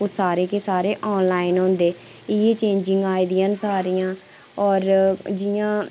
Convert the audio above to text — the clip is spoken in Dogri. ते सारे गै सारे आनलाइन होंदे होर जियां